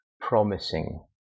promising